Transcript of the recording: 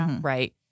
right